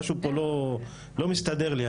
משהו פה לא מסתדר לי.